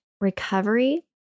recovery